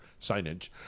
signage